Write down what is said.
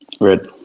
Red